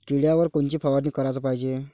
किड्याइवर कोनची फवारनी कराच पायजे?